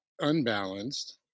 unbalanced